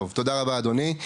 טוב, תודה רבה אדוני.